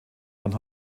von